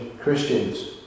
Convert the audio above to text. Christians